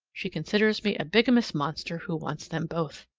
she considers me a bigamous monster who wants them both.